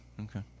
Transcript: Okay